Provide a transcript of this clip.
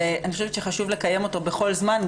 ואני חושבת שחשוב לקיים אותו בכל זמן,